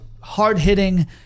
hard-hitting